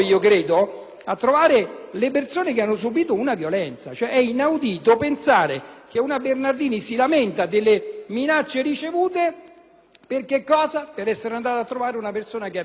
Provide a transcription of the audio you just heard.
a trovare le persone che hanno subìto una violenza. È inaudito pensare che l'onorevole Bernardini si lamenti delle minacce ricevute per essere andata a trovare una persona che ha violentato